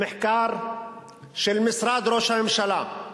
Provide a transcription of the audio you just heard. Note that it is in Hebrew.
המחקר של משרד ראש הממשלה,